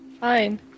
Fine